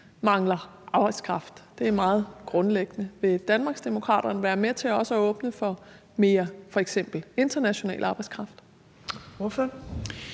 mangler arbejdskraft. Det er meget grundlæggende. Vil Danmarksdemokraterne være med til også at åbne for f.eks. mere international arbejdskraft? Kl.